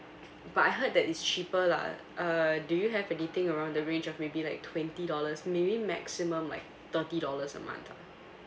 but I heard that it's cheaper lah uh do you have anything around the range of maybe like twenty dollars maybe maximum like thirty dollars a month ah